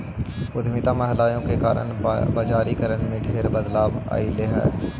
उद्यमी महिलाओं के कारण बजारिकरण में ढेर बदलाव अयलई हे